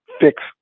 fix